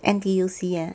N_T_U_C ah